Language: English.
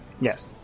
Yes